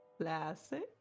Classic